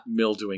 mildewing